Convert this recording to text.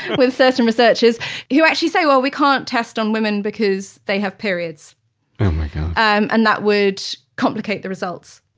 with certain researchers who actually say, well we can't test on women because they have periods um and that would complicate the results.